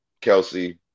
Kelsey